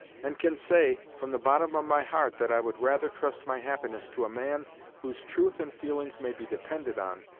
and can say, from the bottom of my heart, that i would rather trust my happiness to a man whose truth and feelings may be depended on,